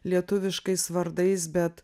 lietuviškais vardais bet